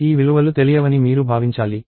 ఈ విలువలు తెలియవని మీరు భావించాలి